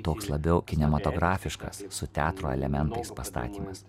toks labiau kinematografiškas su teatro elementais pastatymas